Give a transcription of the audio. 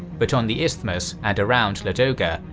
but on the isthmus and around ladoga,